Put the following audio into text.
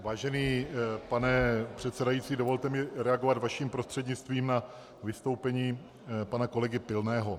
Vážený pane předsedající, dovolte mi reagovat vaším prostřednictvím na vystoupení pana kolegy Pilného.